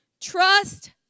Trust